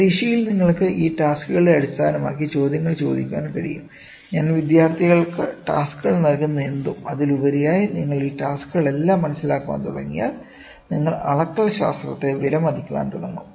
പരീക്ഷയിൽ നിങ്ങൾക്ക് ഈ ടാസ്ക്കുകളെ അടിസ്ഥാനമാക്കി ചോദ്യങ്ങൾ ചോദിക്കാൻ കഴിയും ഞാൻ വിദ്യാർത്ഥികൾക്ക് ടാസ്ക്കുകൾ നൽകുന്നതെന്തും അതിലുപരിയായി നിങ്ങൾ ഈ ടാസ്ക്കുകളെല്ലാം മനസിലാക്കാൻ തുടങ്ങിയാൽ നിങ്ങൾ അളക്കൽ ശാസ്ത്രത്തെ വിലമതിക്കാൻ തുടങ്ങും